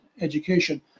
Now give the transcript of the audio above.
education